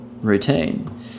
routine